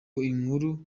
inkuru